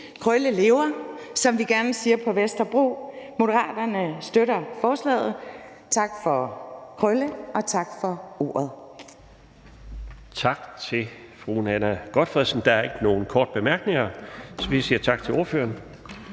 Krølle lever, som vi gerne siger på Vesterbro. Moderaterne støtter forslaget. Tak for Krølle, og tak for ordet.